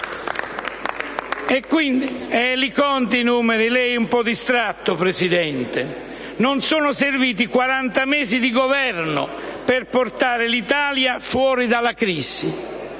*IdV)*. Li conti i numeri; lei è un po' distratto, Presidente. Non sono serviti quaranta mesi di Governo per portare l'Italia fuori dalla crisi